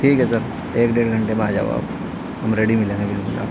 ٹھیک ہے سر ایک ڈیڑھ گھنٹے میں آ جاؤ آپ ہم ریڈی ملیں گے بالکل